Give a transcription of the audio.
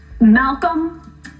Malcolm